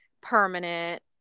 permanent